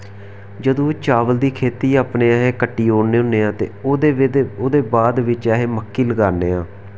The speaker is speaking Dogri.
जदूं चावल दी खेत्ती अपने असें कट्टी ओड़ने होन्ने आं ते ओह्दे बाद बिच्च असें मक्की लगाने आं